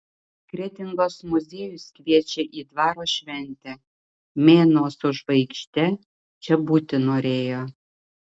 kretingos muziejus kviečia į dvaro šventę mėnuo su žvaigžde čia būti norėjo